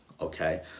okay